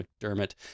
McDermott